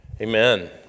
Amen